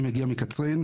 אני מגיע מקצרין,